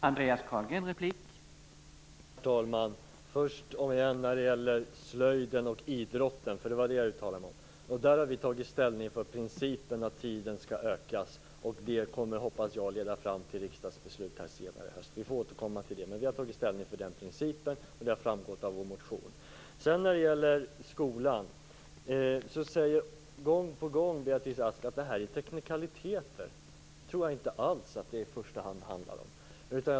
Herr talman! När det först gäller slöjd och idrott - det var det som jag uttalade mig om - har vi tagit ställning för principen att tiden skall utökas, vilket jag hoppas kommer att leda fram till ett riksdagsbeslut i höst. Vi får återkomma till det, men vi har tagit ställning för den principen och det har framgått av vår motion. Beträffande skolan säger Beatrice Ask gång på gång att det är fråga om teknikaliteter. Det tror jag inte alls att det handlar om.